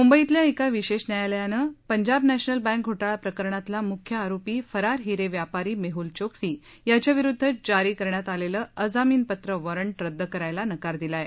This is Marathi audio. मुंबईतल्या एका विशेष न्यायालयानं पंजाब नॅशनल बँक घोटाळा प्रकरणातला प्रमुख आरोपी फरार हिरे व्यापारी मेहल चोक्सी याच्याविरुद्ध जारी करण्यात आलेलं अजामीनपात्र वारंट रद्द करायला नकार दिला आहे